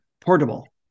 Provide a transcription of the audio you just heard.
portable